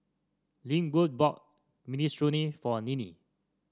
Linwood bought Minestrone for Ninnie